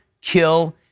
kill